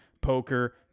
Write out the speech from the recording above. poker